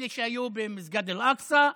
אלו שהיו במסגד אל-אקצא,